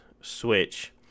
Switch